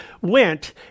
went